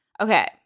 Okay